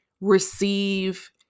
receive